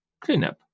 cleanup